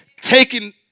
Taking